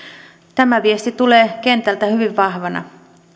tämä viesti tulee kentältä hyvin vahvana